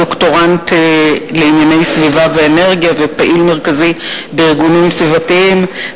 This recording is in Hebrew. דוקטורנט לענייני סביבה ואנרגיה ופעיל מרכזי בארגונים סביבתיים,